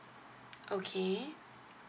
okay